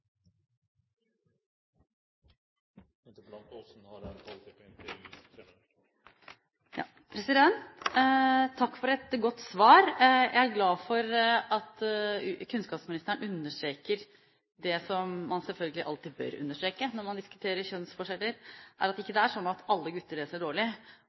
glad for at kunnskapsministeren understreker det som man selvfølgelig alltid bør understreke når man diskuterer kjønnsforskjeller, nemlig at det ikke er sånn at alle gutter leser dårlig,